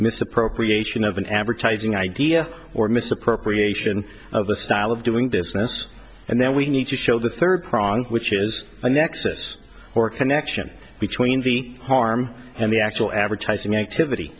misappropriation of an advertising idea or misappropriation of the style of doing business and then we need to show the third prong which is a nexus or connection between the harm and the actual advertising activity